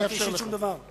אני אאפשר לך.